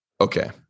Okay